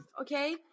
okay